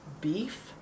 beef